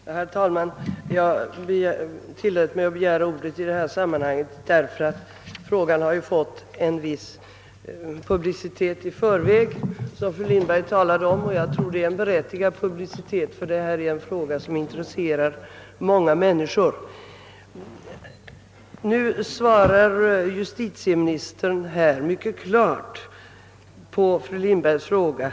Herr talman! Jag tillät mig begära ordet därför att denna fråga, såsom fru Lindberg nämnde, har fått en viss publicitet i förväg. Denna publicitet är enligt min mening berättigad, eftersom frågan intresserar många människor. Justitieministern svarade mycket klart på fru Lindbergs fråga.